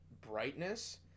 brightness